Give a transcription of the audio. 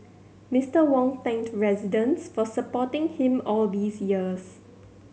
Mister Wong thanked residents for supporting him all these years